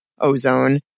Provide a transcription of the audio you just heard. ozone